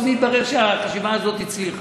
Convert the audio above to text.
בסוף יתברר שהחשיבה הזאת הצליחה.